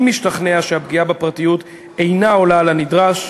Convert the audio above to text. אם השתכנע שהפגיעה בפרטיות אינה עולה על הנדרש.